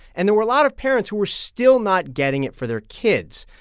and there were a lot of parents who were still not getting it for their kids.